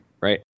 right